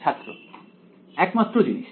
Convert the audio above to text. ছাত্র একমাত্র জিনিস